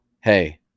hey